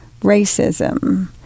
racism